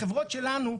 החברות שלנו,